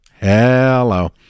Hello